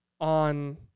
on